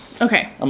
Okay